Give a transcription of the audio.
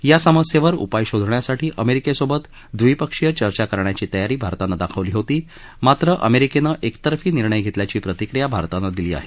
या समस्येवर उपाय शोधण्यासाठी अमेरिकेसोबत द्विपक्षीय चर्चा करण्याची तयारी भारताने दाखवली होतीस परंतू अमेरिकेने एकतर्फी निर्णय घेतल्याची प्रतिक्रिया भारताने दिली आहे